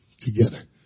together